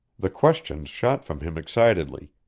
the questions shot from him excitedly,